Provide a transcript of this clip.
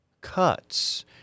Cuts